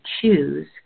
choose